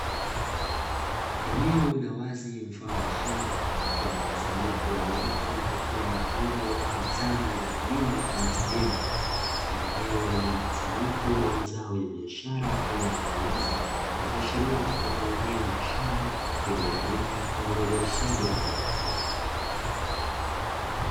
Eneo la wazi mfano wa shamba lenye mkusanyiko wa watu wakiwa na vyombo ama zana za kilimo kama majembe, katika eneo lenye mkusanyiko wa mazao ya biashara aina ya viazi, ikiashiria kuwa ni eneo la shamba lililotumika kwa ajili ya uzalishaji wa mazao hayo.